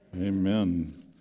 amen